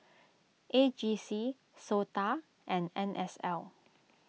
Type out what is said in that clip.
A G C S O T A and N S L